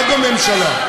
את בממשלה.